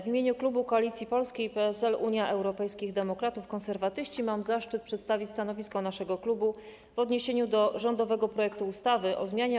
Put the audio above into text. W imieniu klubu Koalicja Polska - PSL, Unia Europejskich Demokratów, Konserwatyści mam zaszczyt przedstawić stanowisko naszego klubu w odniesieniu do rządowego projektu ustawy o zmianie